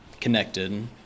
connected